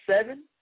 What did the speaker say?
seven